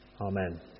Amen